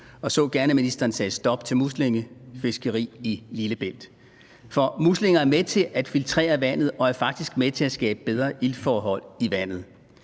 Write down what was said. jeg så gerne, at ministeren sagde stop for muslingefiskeri i Lillebælt, for muslinger er med til at filtrere vandet og er faktisk med til at skabe bedre iltforhold i vandet.